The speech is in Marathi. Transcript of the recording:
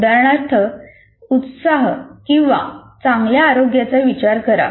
उदाहरणार्थ उत्साह किंवा चांगल्या आरोग्याचा विचार करा